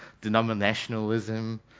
denominationalism